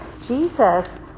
Jesus